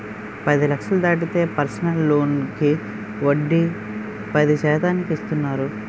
పది లక్షలు దాటితే పర్సనల్ లోనుకి వడ్డీ పది శాతానికి ఇస్తున్నారు